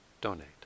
donate